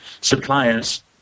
suppliers